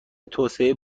توسعه